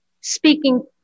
speaking